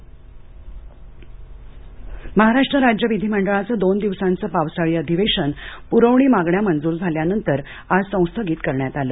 महाराष्ट् विधिमंडळ महाराष्ट्र राज्य विधीमंडळाचं दोन दिवसांचं पावसाळी अधिवेशन पुरवणी मागण्या मंजूर झाल्यानंतर आज संस्थगित करण्यात आलं